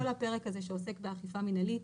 כל הפרק הזה שעוסק באכיפה מינהלית,